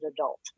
adult